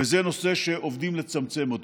וזה נושא שעובדים לצמצם אותו.